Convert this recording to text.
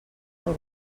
del